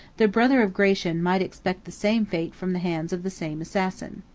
the brother of gratian might expect the same fate from the hands of the same assassin.